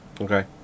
Okay